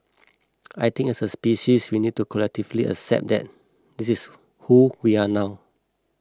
I think as a species we need to collectively accept that this is who we are now